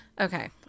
Okay